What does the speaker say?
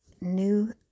new